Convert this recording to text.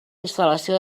instal·lació